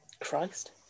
Christ